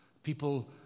People